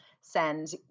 send